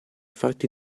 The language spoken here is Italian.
farti